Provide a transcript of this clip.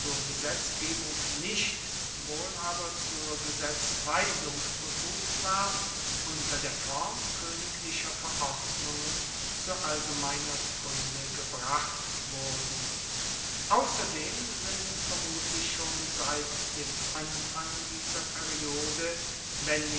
gesetzgebung nicht wohl aber zur gesetzweisung befugt war unter der form koeniglicher verordnungen zu allgemeiner kunde gebracht wurden ausserdem sind vermutlich schon seit dem anfang dieser periode